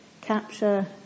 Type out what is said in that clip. capture